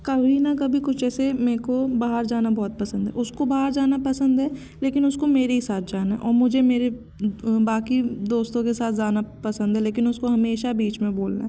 कभी न कभी कुछ ऐसे मेको बाहर जाना बहुत पसंद है उसको बाहर जाना पसंद है लेकिन उसके मेरे ही साथ जाना है और मुझे मेरे बाकी दोस्तों के साथ जाना पसंद है लेकिन उसको हमेशा बीच में बोलना